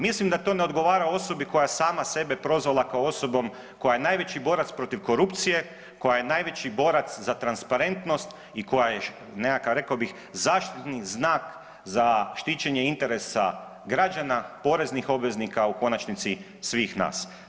Mislim da to ne odgovara osobi koja je sama sebe prozvala kao osobom koja je najveći borac protiv korupcije, koja je najveći borac za transparentnost i koja je, nekakav rekao bi zaštitni znak za štićenje interesa građana poreznih obveznika, a u konačnici svih nas.